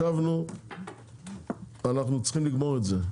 ישבנו ואנחנו צריכים לגמור את זה.